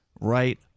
right